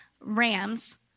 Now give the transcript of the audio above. rams